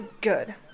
good